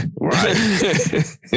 right